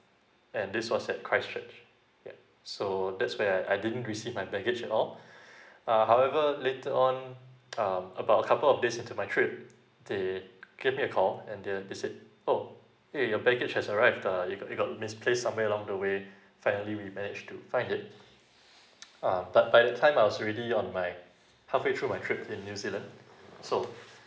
and this was at christchurch yeah so that's where I I didn't receive my baggage at all uh however later on um about a couple of days into my trip they gave me a call and they uh they said oh hey your baggage has arrived uh it got it got misplaced somewhere along the way finally we managed to find it uh but by the time I was already on like halfway through my trip in new zealand so